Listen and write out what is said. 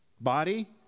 Body